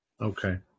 Okay